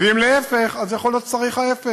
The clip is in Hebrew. ואם להפך, אז יכול להיות שצריך ההפך.